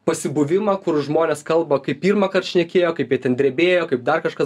pasibuvimą kur žmonės kalba kai pirmąkart šnekėjo kaip itin drebėjo kaip dar kažkas